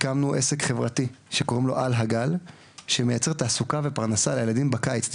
הקמנו עסק חברתי שקוראים לו על הגל שמייצר תעסוקה ופרנסה לילדים בקיץ,